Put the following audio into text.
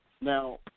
Now